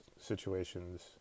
situations